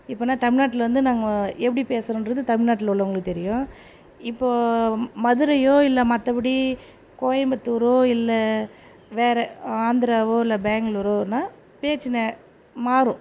இப்போ என்ன தமிழ்நாட்டில் வந்து நாங்கள் எப்படி பேசுகிறோன்றது தமிழ்நாட்டில் உள்ளவங்களுக்கு தெரியும் இப்போ மதுரையோ மற்றபடி கோயம்புத்துரோ இல்லை வேறே ஆந்திராவோ இல்லை பெங்களூரோனா பேச்சு நெ மாறும்